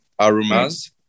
aromas